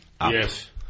Yes